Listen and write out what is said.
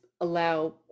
allow